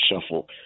Shuffle